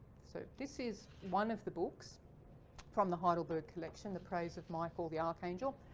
so this is one of the books from the heidelberg collection. the praise of michael the archangel,